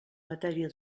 matèria